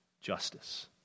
justice